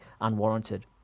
unwarranted